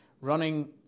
running